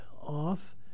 off